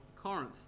Corinth